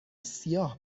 سیاه